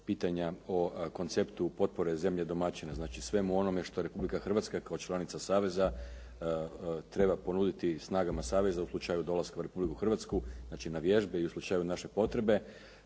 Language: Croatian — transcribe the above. pitanja o konceptu potpore zemlje domaćina, znači svemu onome što Republika Hrvatska kao članica saveza treba ponuditi snagama saveza u slučaju dolaska u Republiku Hrvatsku znači na vježbe i u slučaju naše potrebe.